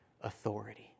authority